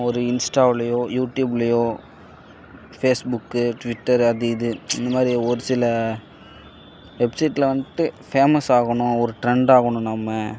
ஒரு இன்ஸ்டாவுலேயோ யூடியூப்லேயோ ஃபேஸ்புக்கு ட்விட்டர் அது இது இந்த மாதிரி ஒரு சில வெப்சைட்டில் வந்துட்டு ஃபேமஸ் ஆகணும் ஒரு ட்ரெண்ட் ஆகணும் நம்ம